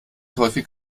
häufig